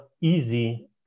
easy